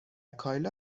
کایلا